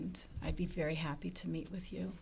and i'd be very happy to meet with you